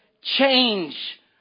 change